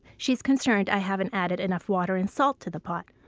she's concerned i haven't added enough water and salt to the pot.